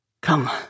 Come